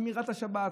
שמירת השבת,